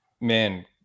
man